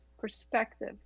perspective